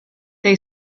they